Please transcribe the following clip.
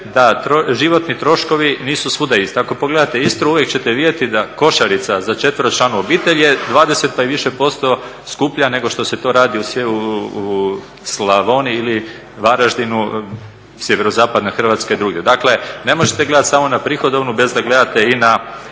da životni troškovi nisu svuda isti. Ako pogledate Istru uvijek ćete vidjeti da košarica za četveročlanu obitelj je 20 pa i više posto skuplja nego što se to radi u Slavoniji ili Varaždinu, sjeverozapadna Hrvatska i drugdje. Dakle, ne možete gledati samo na prihodovnu bez da gledate i na